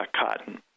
cotton